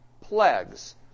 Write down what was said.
plagues